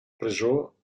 presó